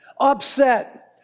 upset